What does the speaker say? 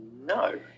No